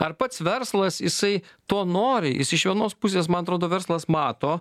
ar pats verslas jisai to nori jis iš vienos pusės man atrodo verslas mato